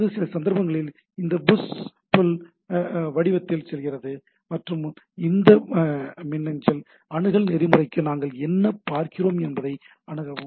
அல்லது சில சந்தர்ப்பங்களில் அது புஷ் புல் வடிவத்தில் செல்கிறது மற்றும் அந்த மின்னஞ்சல் அணுகல் நெறிமுறைக்கு நாங்கள் என்ன பார்க்கிறோம் என்பதை அணுகவும்